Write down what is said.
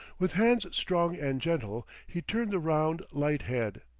with hands strong and gentle, he turned the round, light head.